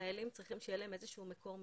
חיילים צריכים שיהיה להם איזשהו מקור מימון.